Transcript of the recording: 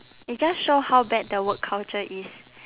it just show how bad the work culture is